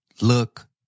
look